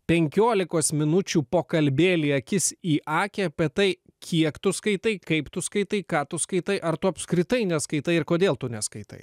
penkiolikos minučių pokalbėlį akis į akį apie tai kiek tu skaitai kaip tu skaitai ką tu skaitai ar tu apskritai neskaitai ir kodėl tu neskaitai